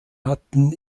hatten